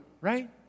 right